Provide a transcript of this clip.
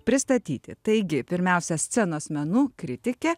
pristatyti taigi pirmiausia scenos menų kritikė